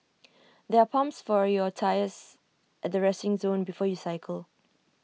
there are pumps for your tyres at the resting zone before you cycle